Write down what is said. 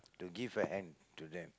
to give a hand to them